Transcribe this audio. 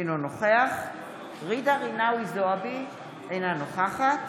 אינו נוכח ג'ידא רינאוי זועבי, אינה נוכחת